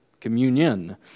communion